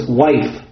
wife